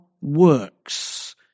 works